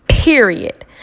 period